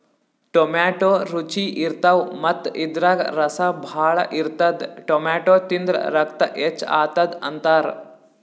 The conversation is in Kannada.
ಟೊಮ್ಯಾಟೋ ರುಚಿ ಇರ್ತವ್ ಮತ್ತ್ ಇದ್ರಾಗ್ ರಸ ಭಾಳ್ ಇರ್ತದ್ ಟೊಮ್ಯಾಟೋ ತಿಂದ್ರ್ ರಕ್ತ ಹೆಚ್ಚ್ ಆತದ್ ಅಂತಾರ್